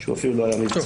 שהוא אפילו לא היה מבצעי.